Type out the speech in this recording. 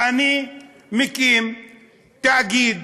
אני מקים תאגיד